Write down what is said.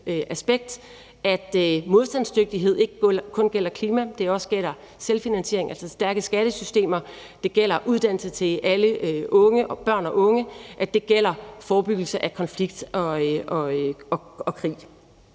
aspekt, at modstandsdygtighed ikke kun gælder klima, men at det også gælder selvfinansiering, altså stærke skattesystemer, at det gælder uddannelse til alle børn og unge, at det gælder forebyggelse af konflikt og krig,